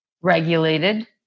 regulated